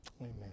Amen